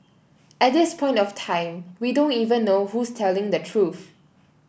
at this point of time we don't even know who's telling the truth